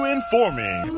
Informing